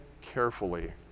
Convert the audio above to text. carefully